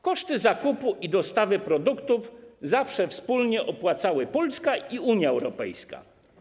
Koszty zakupu i dostawy produktów zawsze wspólnie opłacały Polska i Unia Europejska.